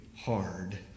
hard